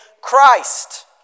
Christ